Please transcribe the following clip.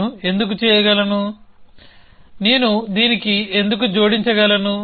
నేను ఎందుకు చేయగలను నేను దీనికి ఎందుకు జోడించగలను